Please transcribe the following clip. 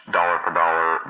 dollar-for-dollar